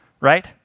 right